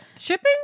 Shipping